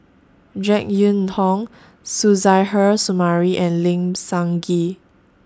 Jek Yeun Thong Suzairhe Sumari and Lim Sun Gee